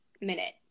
minute